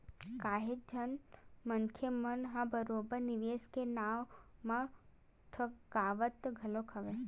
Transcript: काहेच झन मनखे मन ह बरोबर निवेस के नाव म ठगावत घलो हवय